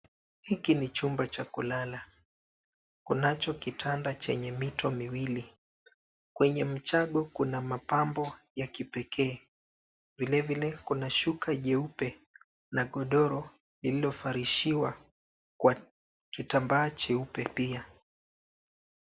Hiki ni chumba cha kulala. Kunacho kitanda chenye mito miwili. Kwenye mchago, kuna mapambo ya kipekee. Vilevile kuna shuka jeupe na godoro lililofarishiwa kwa kitambaa cheupe pia.